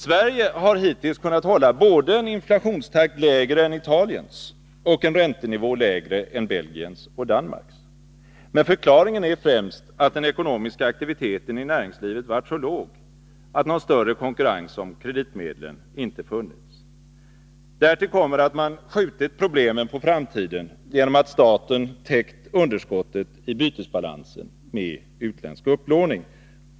Sverige har hittills kunnat hålla både en inflationstakt som är lägre än Italiens och en räntenivå som är lägre än Belgiens och Danmarks. Förklaringen är främst att den ekonomiska aktiviteten i näringslivet varit så låg att någon större konkurrens om kreditmedlen inte funnits. Därtill kommer att man skjutit problemen på framtiden genom att staten täckt underskottet i bytesbalansen via utländsk upplåning.